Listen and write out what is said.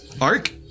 Ark